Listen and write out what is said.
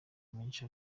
menshi